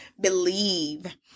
believe